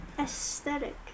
Aesthetic